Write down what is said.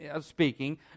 speaking